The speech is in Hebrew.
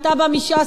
אתה בא מש"ס,